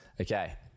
Okay